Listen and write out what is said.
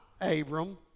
Abram